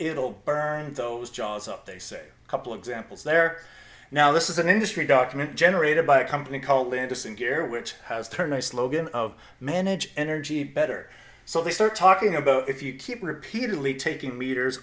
it'll burn those jobs they say a couple examples there now this is an industry document generated by a company called indus and gear which has turned a slogan of manage energy better so they start talking about if you keep repeatedly taking meters